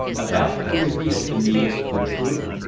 about to reveal to me the truth?